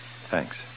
Thanks